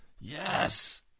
Yes